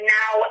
now